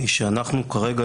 היא שאנחנו כרגע,